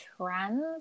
trends